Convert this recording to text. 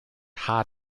hot